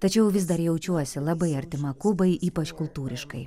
tačiau vis dar jaučiuosi labai artima kubai ypač kultūriškai